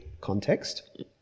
context